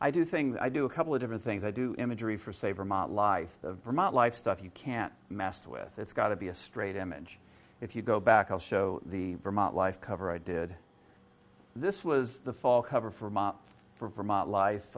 i do things i do a couple of different things i do imagery for say vermont life of vermont life stuff you can't mess with it's got to be a straight image if you go back i'll show the vermont life cover i did this was the fall cover for my for my